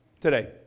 today